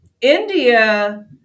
India